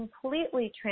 completely